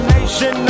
Nation